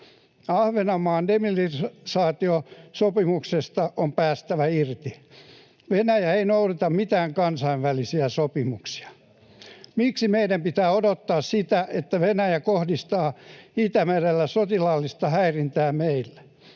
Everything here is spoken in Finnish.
Ahvenanmaan demilitarisaatiosopimuksesta on päästävä irti. Venäjä ei noudata mitään kansainvälisiä sopimuksia. Miksi meidän pitää odottaa sitä, että Venäjä kohdistaa Itämerellä sotilaallista häirintää meille?